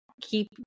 keep